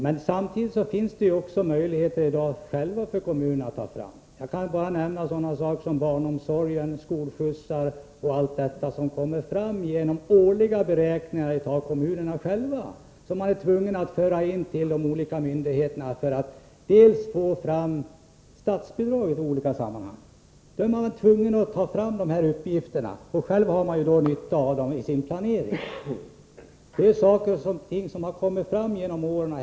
Men kommunerna har ju också möjligheter att själva ta fram uppgifter. Jag kan nämna barnomsorg och skolskjutsar som exempel på områden där kommunerna själva är tvungna att göra årliga beräkningar för att få fram uppgifter som de lämnar till olika myndigheter, bl.a. för att få statsbidrag. Dessa uppgifter har kommunen sedan själv nytta av i sin planering. Det är saker och ting som kommit fram genom åren.